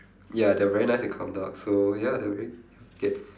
ya they're very nice and calm dogs so ya they're very K